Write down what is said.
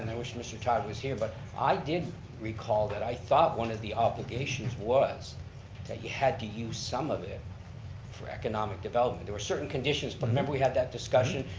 wish mr. todd was here, but i did recall that, i thought one of the obligations was that you had to use some of it for economic development. there were certain conditions, but remember we had that discussion?